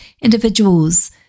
individuals